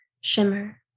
Shimmer